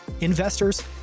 investors